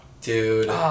Dude